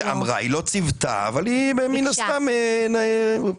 היא לא ציוותה, אבל היא מן הסתם עודדה.